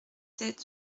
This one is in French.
sept